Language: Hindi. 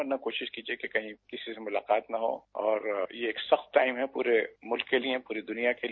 वरना कोशिश कीजिए कही किसी से मुलाकात न हो और ये सख्त टाइम है पूरे मुल्क के लिए पूरी दुनिया के लिए